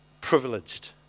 privileged